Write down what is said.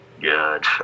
Good